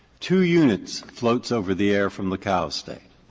two units floats over the air from the cow state.